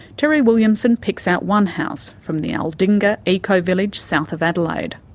terry williamson picks out one house from the aldinga eco village south of adelaide.